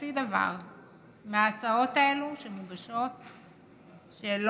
וחצי דבר בין ההצעות האלה שמוגשות,